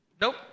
Nope